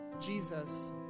Jesus